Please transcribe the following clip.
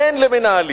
הן למנהלים,